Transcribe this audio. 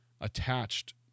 attached